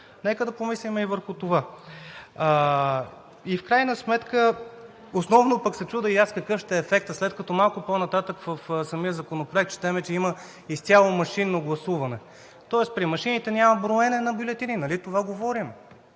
Нека да помислим и върху това. И в крайна сметка, основно пък се чудя и аз какъв ще е ефектът, след като малко по-нататък в самия законопроект четем, че има изцяло машинно гласуване. Тоест при машините няма броене на бюлетини, нали това говорим?